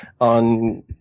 on –